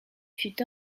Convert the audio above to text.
fut